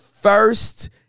First